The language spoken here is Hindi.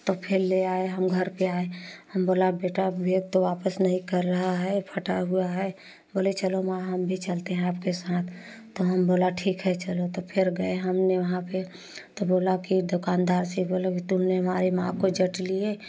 तो फ़िर ला आए हम घर पर आए हम बोला बेटा बैग तो वापस नहीं कर रहा है फटा हुआ है बोले चलो वहाँ हम भी चलते हैं आपके साथ तो हम बोला ठीक है चलो तो फ़िर गए हमने वहाँ पर तो बोला कि दुकानदार से बोला कि तुमने हमारे माँ को जट लिए